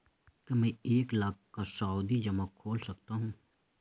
क्या मैं एक लाख का सावधि जमा खोल सकता हूँ?